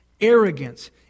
arrogance